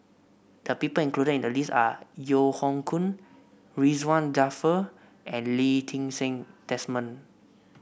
the people included in the list are Yeo Hoe Koon Ridzwan Dzafir and Lee Ti Seng Desmond